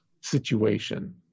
situation